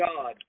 God